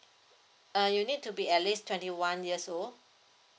err you need to be at least twenty one years old